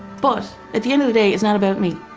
but at the end of the day it's not about me.